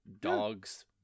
dogs